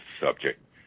subject